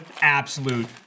absolute